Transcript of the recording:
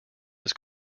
his